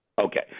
Okay